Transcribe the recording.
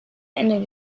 ende